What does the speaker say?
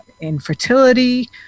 infertility